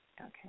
Okay